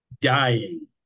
dying